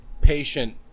patient